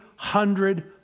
hundred